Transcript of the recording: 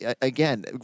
again